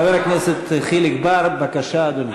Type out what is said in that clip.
חבר הכנסת חיליק בר, בבקשה, אדוני.